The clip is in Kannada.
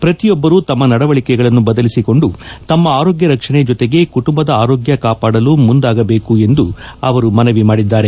ಪ್ರತಿಯೊಬ್ಲರೂ ತಮ್ಮ ನಡವಳಕೆಗಳನ್ನು ಬದಲಿಸಿಕೊಂಡು ತಮ್ಮ ಆರೋಗ್ಯ ರಕ್ಷಣೆ ಜತೆಗೆ ಕುಟುಂಬದ ಆರೋಗ್ಯ ಕಾಪಾಡಲು ಮುಂದಾಗಬೇಕು ಎಂದು ಮನವಿ ಮಾಡಿದ್ದಾರೆ